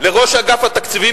לראש אגף התקציבים,